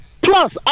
Plus